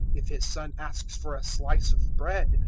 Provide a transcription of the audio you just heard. if his son asks for a slice of bread,